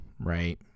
right